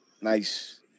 Nice